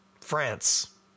France